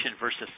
versus